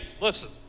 listen